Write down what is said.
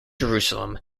jerusalem